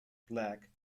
black